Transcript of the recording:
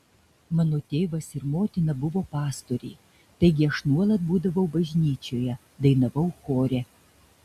mano tėvas ir motina buvo pastoriai taigi aš nuolat būdavau bažnyčioje dainavau chore